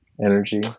Energy